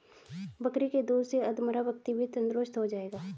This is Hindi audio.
बकरी के दूध से अधमरा व्यक्ति भी तंदुरुस्त हो जाएगा